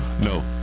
No